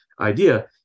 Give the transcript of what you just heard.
idea